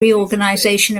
reorganization